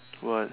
what